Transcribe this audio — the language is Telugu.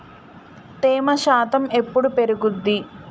తేమ శాతం ఎప్పుడు పెరుగుద్ది?